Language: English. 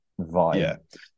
vibe